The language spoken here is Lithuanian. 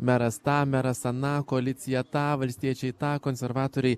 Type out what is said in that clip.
meras tą meras aną koalicija tą valstiečiai tą konservatoriai